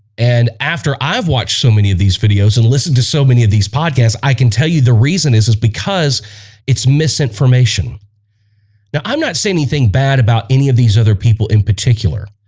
and after i've watched so many of these videos and listened to so many of these podcasts i can tell you the reason is is because it's misinformation now i'm not saying anything bad about any of these other people in particular